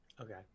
Okay